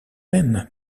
même